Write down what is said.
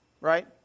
right